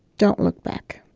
don't look back.